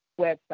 website